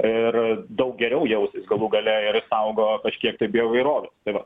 ir daug geriau jau galų gale ir saugo kažkiek tai bioįvairovės tai va